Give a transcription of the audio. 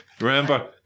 remember